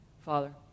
Father